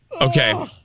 Okay